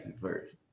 first